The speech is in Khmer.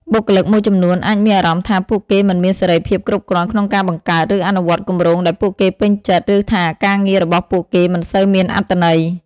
បុគ្គលិកមួយចំនួនអាចមានអារម្មណ៍ថា ពួកគេមិនមានសេរីភាពគ្រប់គ្រាន់ក្នុងការបង្កើត ឬអនុវត្តគម្រោងដែលពួកគេពេញចិត្ត ឬថាការងាររបស់ពួកគេមិនសូវមានអត្ថន័យ។